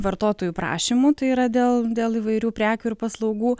vartotojų prašymų tai yra dėl dėl įvairių prekių ir paslaugų